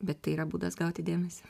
bet tai yra būdas gauti dėmesį